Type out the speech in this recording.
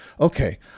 okay